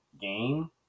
game